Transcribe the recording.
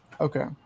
Okay